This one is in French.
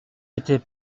était